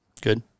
Good